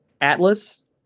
Atlas